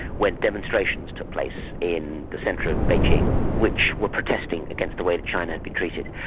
when demonstrations took place in the centre of beijing which were protesting against the way that china had been treated.